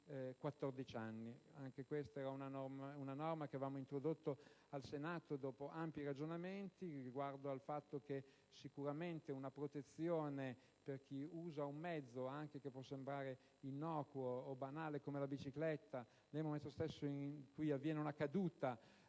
Anche questa è una norma che avevamo introdotto al Senato dopo ampi ragionamenti riguardo alla volontà di assicurare una protezione a chi usa un mezzo (che potrebbe sembrare innocuo o banale) come la bicicletta. Nel momento stesso in cui avviene una caduta